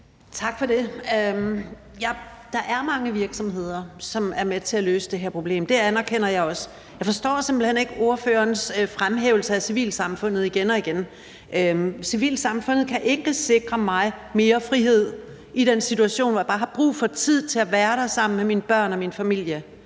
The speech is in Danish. Tak for det. Der er mange virksomheder, som er med til at løse det her problem. Det anerkender jeg også. Jeg forstår simpelt hen ikke ordførerens fremhævelse af civilsamfundet igen og igen. Civilsamfundet kan ikke sikre mig mere frihed i den situation, hvor jeg bare har brug for tid til at være sammen med mine børn og min familie,